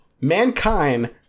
Mankind